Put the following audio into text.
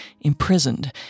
imprisoned